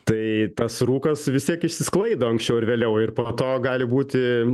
tai tas rūkas vis tiek išsisklaido anksčiau ar vėliau ir po to gali būti